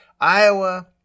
Iowa